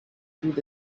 through